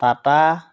Tata